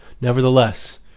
Nevertheless